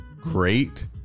great